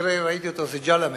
במקרה ראיתי אותו זה ג'למה,